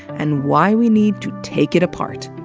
and why we need to take it apart.